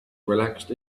relaxed